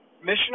Mission